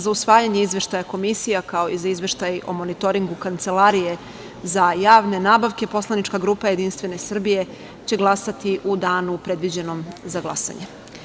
Za usvajanje izveštaja komisija, kao i za Izveštaj o monitoringu Kancelarije za javne nabavke Poslanička grupa JS će glasati u danu predviđeno za glasanje.